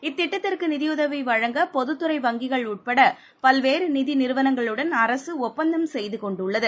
இத்திட்டத்திற்குநிதியுதவிவழங்க பொதுத்துறை வங்கிகள் உட்படபல்வேறுநிதிநிறுவனங்களுடன் அரசுஒப்பந்தம் செய்துகொண்டுள்ளது